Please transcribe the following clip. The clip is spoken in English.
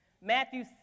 Matthew